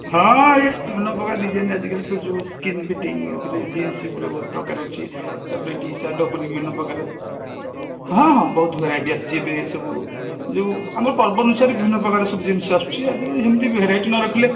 ହଁ ହେଇ ବିଭିନ୍ନ ପ୍ରକାର ଡିଜାଇନ ଆଜିକାଲି ସବୁ ଯେଉଁ ସ୍କିନ ଫିଟିଙ୍ଗ ଉପରେ ଜିନ୍ସ ଉପରେ ଅଛି ଆଉ ଟି ସାର୍ଟ ଉପରେ ବିଭିନ୍ନ ପ୍ରକାର ଅଛି ହଁ ହଁ ବହୁତ ଭେରାଇଟି ଆସୁଛି ଡ୍ରେସ୍ ସବୁ ମୁଁ ଆମ ପର୍ବ ଅନୁସାରେ ବିଭିନ୍ନପ୍ରକାର ଆସୁଛି ସେମିତି ଭେରାଇଟି ନ ରଖିଲେ